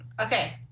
Okay